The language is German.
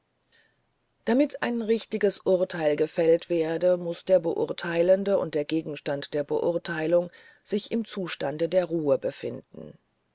damit ein richtiges urteil gefällt werde muß der beurteilende und der gegenstand der beurteilung sich im zustande der ruhe befinden